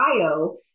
bio